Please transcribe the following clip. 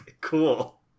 Cool